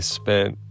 spent